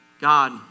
God